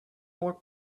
more